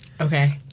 Okay